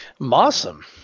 Awesome